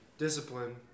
Discipline